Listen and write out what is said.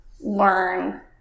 learn